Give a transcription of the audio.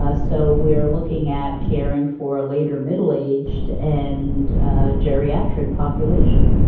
ah so we're looking at caring for a later middle-aged and geriatric population.